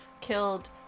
killed